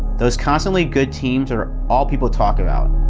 those constantly good teams are all people talk about.